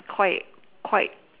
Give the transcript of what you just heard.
quite quite